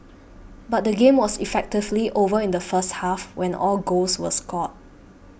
but the game was effectively over in the first half when all goals were scored